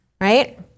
Right